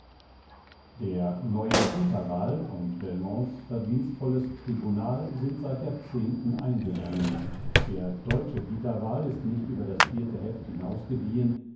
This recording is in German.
der neue pitaval und belmontes verdienstvolles tribunal sind seit jahrzehnten eingegangen der deutsche pitaval ist nicht über das vierte heft hinaus gediehen